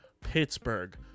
Pittsburgh